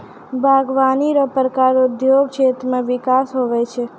बागवानी रो प्रकार उद्योग क्षेत्र मे बिकास हुवै छै